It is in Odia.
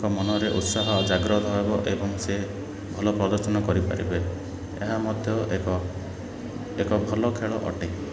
ଏକ ମନରେ ଉତ୍ସାହ ଜାଗ୍ରତ ହେବ ଏବଂ ସେ ଭଲ ପ୍ରଦର୍ଶନ କରିପାରିବେ ଏହା ମଧ୍ୟ ଏକ ଭଲ ଖେଳ ଅଟେ